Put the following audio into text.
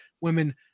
women